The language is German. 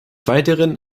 weiteren